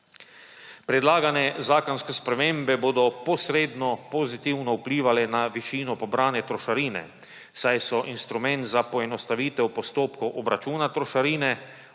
Predlagane zakonske spremembe bodo posredno pozitivno vplivale na višino pobrane trošarine, saj so instrument za poenostavitev postopkov obračuna trošarine